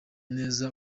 neza